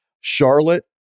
Charlotte